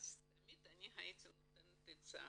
תמיד הייתי נותנת עצה